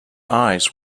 eyes